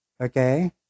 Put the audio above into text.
okay